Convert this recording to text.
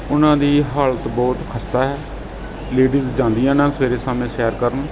ਉਹਨਾਂ ਦੀ ਹਾਲਤ ਬਹੁਤ ਖਸਤਾ ਹੈ ਲੇਡੀਜ ਜਾਂਦੀਆਂ ਨਾ ਸਵੇਰ ਸ਼ਾਮ ਸੈਰ ਕਰਨ